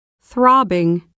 throbbing